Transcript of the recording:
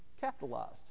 capitalized